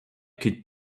could